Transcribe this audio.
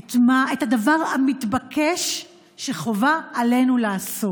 את הדבר המתבקש שחובה עלינו לעשות: